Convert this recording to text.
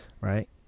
right